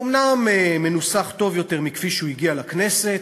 הוא אומנם מנוסח טוב יותר מכפי שהוא הגיע לכנסת,